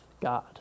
God